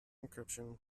encryption